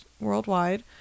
worldwide